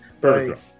Perfect